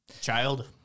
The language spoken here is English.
child